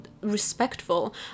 respectful